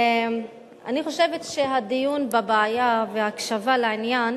אני חושבת שהדיון בבעיה וההקשבה לעניין